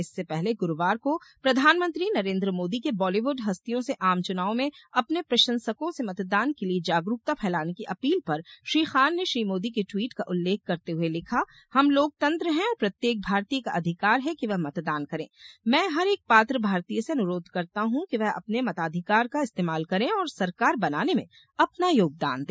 इससे पहले ग्रुवार को प्रधानमंत्री नरेंद्र मोदी के बालीवुड हस्तियों से आम चुनाव में अपने प्रशंसकों से मतदान के लिए जागरुकता फैलाने की अपील पर श्री खान ने श्री मोदी के टवीट का उल्लेख करते हुए लिखा हम लोकतंत्र हैं और प्रत्येक भारतीय का अधिकार है कि वह मतदान करें मैं हर एक पात्र भारतीय से अनुरोध करता हूं कि वह अपने मताधिकार का इस्तेमाल करे और सरकार बनाने में अपना योगदान दे